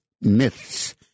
myths